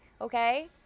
Okay